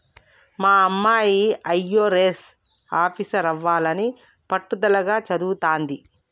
మా అమ్మాయి అయ్యారెస్ ఆఫీసరవ్వాలని పట్టుదలగా చదవతాంది